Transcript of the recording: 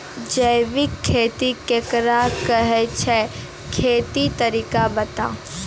जैबिक खेती केकरा कहैत छै, खेतीक तरीका बताऊ?